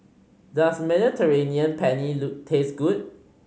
does Mediterranean Penne look taste good